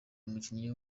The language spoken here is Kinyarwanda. umukinnyi